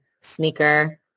sneaker